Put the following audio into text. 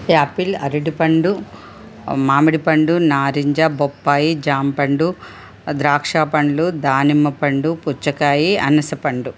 Apple అరటిపండు మామిడిపండు నారింజ బొప్పాయి జామ పండు ద్రాక్షా పండ్లు దానిమ్మ పండు పుచ్చకాయ అనసపండు